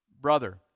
brother